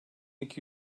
iki